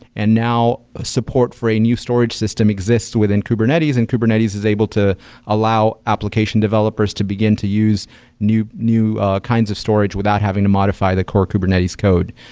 and now ah support for a new storage system exists within kubernetes and kubernetes is able to allow application developers to begin to use new new kinds of storage without having to modify the core kubernetes code.